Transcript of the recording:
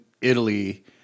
Italy